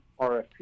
RFP